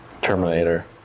Terminator